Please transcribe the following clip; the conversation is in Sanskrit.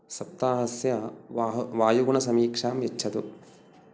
सप्ताहस्य वाह वायुगुणसमीक्षां यच्छतु